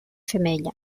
femella